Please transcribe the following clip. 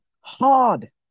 hard